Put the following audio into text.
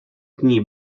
dni